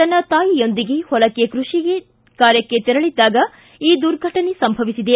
ತನ್ನ ತಾಯಿಯೊಂದಿಗೆ ಹೊಲಕ್ಕೆ ಕೃಷಿ ಕಾರ್ಯಕ್ಕೆ ತೆರಳಿದ್ದಾಗ ಈ ದುರ್ಘಟನೆ ಸಂಭವಿಸಿದೆ